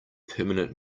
permanent